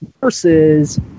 versus